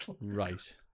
Right